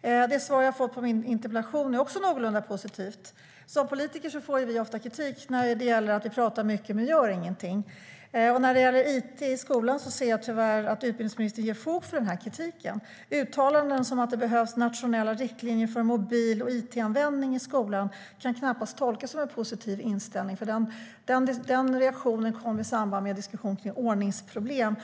Det svar som jag har fått på min interpellation är också någorlunda positivt. Som politiker får vi ofta kritik för att vi pratar mycket men inte gör någonting. När det gäller it i skolan ser jag tyvärr att det finns fog för denna kritik mot utbildningsministern. Uttalanden som att det behövs nationella riktlinjer för mobil och it-användning i skolan kan knappast tolkas som en positiv inställning. Den reaktionen kom i samband med en diskussion om ordningsproblem.